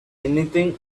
anything